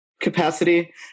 capacity